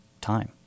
time